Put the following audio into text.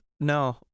No